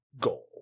goal